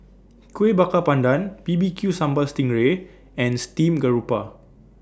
Kuih Bakar Pandan B B Q Sambal Sting Ray and Steamed Garoupa